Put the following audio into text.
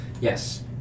Yes